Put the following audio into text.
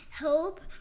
hope